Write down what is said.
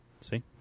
See